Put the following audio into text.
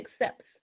accepts